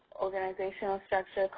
organizational structure,